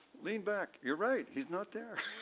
lean back, you're right. he's not there.